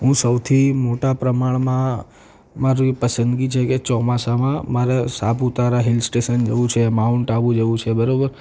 હું સૌથી મોટા પ્રમાણમાં મારી પસંદગી છે કે ચોમાસામાં મારે સાપુતારા હિલસ્ટેશન જવું છે માઉન્ટ આબુ જવું છે બરાબર